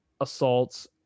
assaults